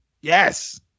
Yes